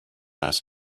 last